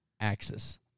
axis